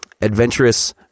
adventurous